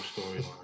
storyline